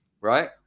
right